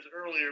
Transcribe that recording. earlier